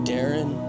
Darren